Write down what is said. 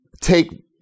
take